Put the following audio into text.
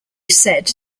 said